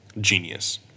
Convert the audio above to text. Genius